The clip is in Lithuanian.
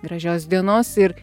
gražios dienos ir